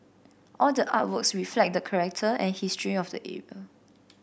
all the artworks reflect the character and history of the era